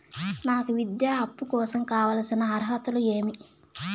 నాకు విద్యా అప్పు కోసం కావాల్సిన అర్హతలు ఏమి?